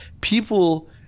people